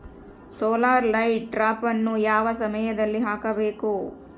Solar light ಟ್ರಾಪನ್ನು ಯಾವ ಸಮಯದಲ್ಲಿ ಹಾಕಬೇಕು?